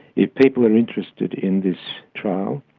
if people are interested in this trial,